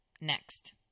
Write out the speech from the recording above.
Next